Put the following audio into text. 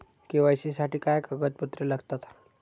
KYC साठी काय कागदपत्रे लागतात?